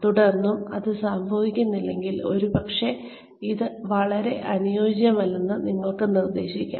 തുടർന്നും അത് സംഭവിക്കുന്നില്ലെങ്കിൽ ഒരുപക്ഷേ ഇത് വളരെ അനുയോജ്യമല്ലെന്ന് നിങ്ങൾക്ക് നിർദ്ദേശിക്കാം